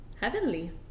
Heavenly